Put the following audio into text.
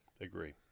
Agree